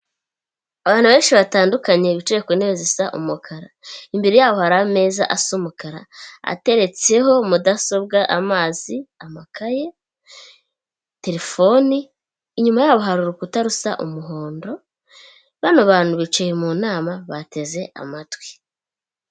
Abantu benshi batandukanye bicaye ku ntebe zi isa umukara, imbere yaboho hari ameza asa umukara ateretseho mudasobwa, amazi, amakaye terefoni, inyuma yabo hari urukuta rusa umuhondo, bano bantu bicaye mu nama bateze amatwi.